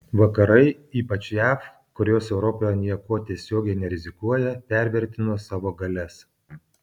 vakarai ypač jav kurios europoje niekuo tiesiogiai nerizikuoja pervertino savo galias